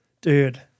Dude